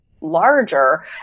larger